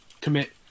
commit